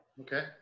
okay